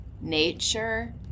nature